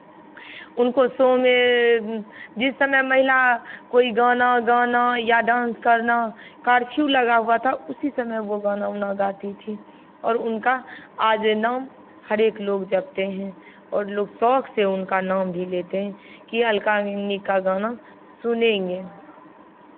उनको शो में जिस समय महिला कोई गाना गाना या डांस करना कर्फ्यू लगा हुआ था उसी समय वो गाना उना गाती थी और उनका आज नाम हरेक लोग जपते हैं और लोग शौक से उनका नाम भी लेते हैं कि अलका याग्निक का गाना सुनेंगे